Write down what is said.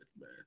man